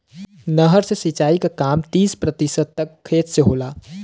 नहर से सिंचाई क काम तीस प्रतिशत तक खेत से होला